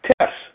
tests